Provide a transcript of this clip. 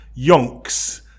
Yonks